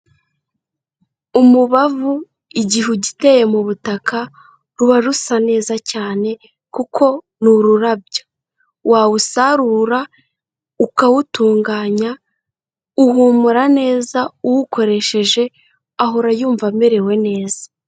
Umubavu igihe ugiteye mu butaka ruba rusa neza cyane kuko ni ururabyo. Wawusarura ukawutunganya uhumura neza, uwukoresheje ahora yumva amerewe neza.